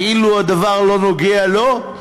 כאילו הדבר לא נוגע לו.